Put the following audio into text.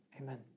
Amen